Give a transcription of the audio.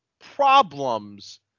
problems